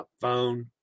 phone